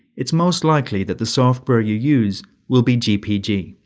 it's most likely that the software you use will be gpg.